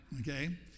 okay